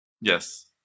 Yes